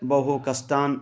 बहु कष्टान्